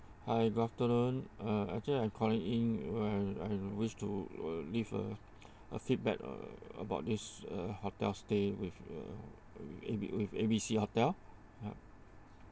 hi good afternoon uh actually I'm calling in where I wish to leave a a feedback a~ about this uh hotel stay with uh with A B C hotel yup